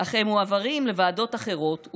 אך הם מועברים לוועדות אחרות,